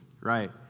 right